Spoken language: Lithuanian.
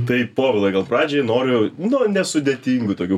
tai povilai gal pradžiai noriu nu nesudėtingų tokių